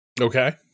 Okay